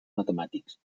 matemàtics